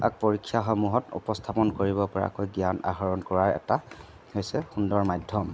ইয়াক পৰীক্ষাসমূহত উপস্থাপন কৰিব পৰাকৈ জ্ঞান আহৰণ কৰাৰ এটা হৈছে সুন্দৰ মাধ্যম